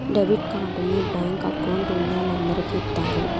debit కార్డుని bank account ఉన్నోలందరికి ఇత్తారు